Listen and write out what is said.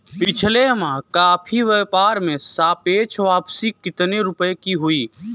पिछले माह कॉफी व्यापार में सापेक्ष वापसी कितने रुपए की हुई?